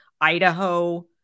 idaho